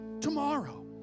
tomorrow